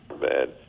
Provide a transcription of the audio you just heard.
bad